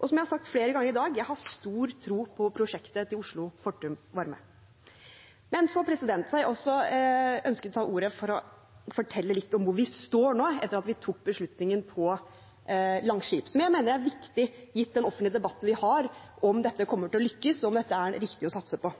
Og som jeg har sagt flere ganger i dag: Jeg har stor tro på prosjektet til Oslo Fortum Varme. Jeg ønsket også å ta ordet for å fortelle litt om hvor vi står nå, etter at vi tok beslutningen om Langskip, som jeg mener er viktig, gitt den offentlige debatten vi har om hvorvidt dette kommer til å